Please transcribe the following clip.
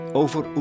over